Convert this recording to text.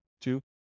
two